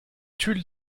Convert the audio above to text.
tulle